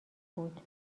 بود